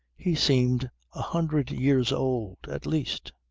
he seemed a hundred years old at least.